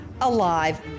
alive